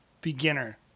beginner